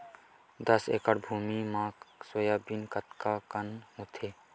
दस एकड़ भुमि म सोयाबीन कतका कन होथे?